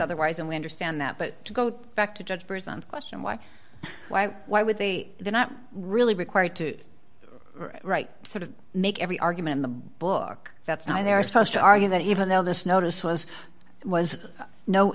otherwise and we understand that but to go back to judge present question why why why would they they're not really required to right sort of make every argument in the book that's now they're supposed to argue that even though this notice was was no no